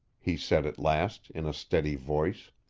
he said at last, in a steady voice.